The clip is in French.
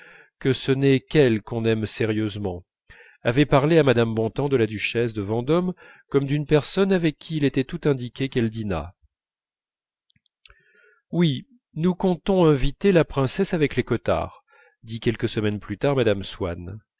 que ce n'est qu'elle qu'on aime sérieusement avait parlé à mme bontemps de la duchesse de vendôme comme d'une personne avec qui il était tout indiqué qu'elle dînât oui nous comptons inviter la princesse avec les cottard dit quelques semaines plus tard mme